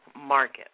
market